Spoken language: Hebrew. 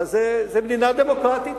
אבל זו מדינה דמוקרטית,